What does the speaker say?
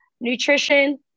nutrition